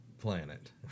Planet